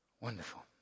Wonderful